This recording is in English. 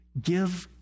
Give